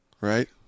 right